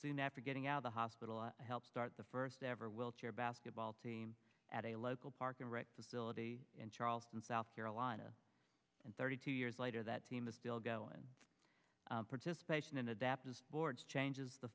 soon after getting out of the hospital i helped start the first ever will chair basketball team at a local park and rec disability in charleston south carolina and thirty two years later that team is still going participation in adaptive boards changes the